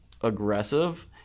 aggressive